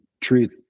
treat